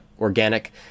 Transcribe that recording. Organic